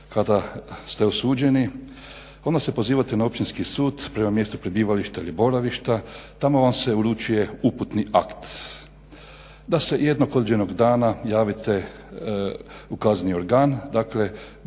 kada ste osuđeni onda se pozivate na Općinski sud prema mjestu prebivališta ili boravišta, tamo vam se uručuje uputni akt da se jednog određenog dana javite u kazneni organ. Dakle,